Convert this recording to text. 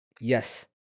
Yes